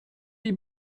die